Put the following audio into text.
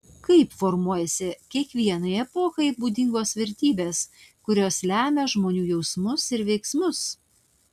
kaip formuojasi kiekvienai epochai būdingos vertybės kurios lemia žmonių jausmus ir veiksmus